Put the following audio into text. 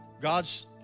God's